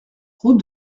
route